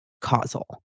causal